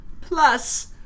plus